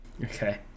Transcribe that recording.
Okay